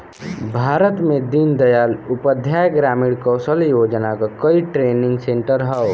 भारत में दीन दयाल उपाध्याय ग्रामीण कौशल योजना क कई ट्रेनिंग सेन्टर हौ